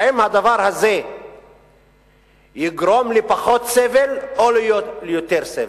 האם הדבר הזה יגרום לפחות סבל או ליותר סבל?